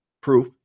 proof